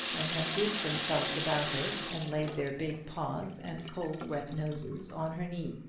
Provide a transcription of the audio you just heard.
and had grouped themselves about her, and laid their big paws and cold wet noses on her knee.